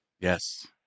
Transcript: Yes